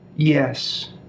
Yes